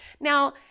Now